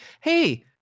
hey